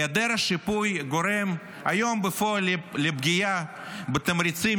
היעדר השיפוי גורם היום בפועל לפגיעה בתמריצים